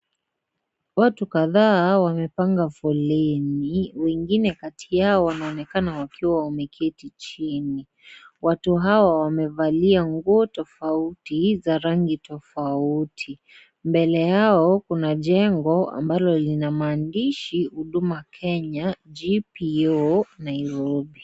Watu kadhaa wamepanga foleni, wengine kati yao wanaonekana wakiwa wameketi chini, watu hawa wamevalia nguo tofauti za rangi tofauti, mbele yao kuna jengo ambalo lina maandishi Huduma Kenya GPO Nairobi.